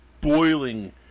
boiling